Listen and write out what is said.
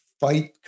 fight